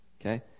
okay